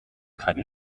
keine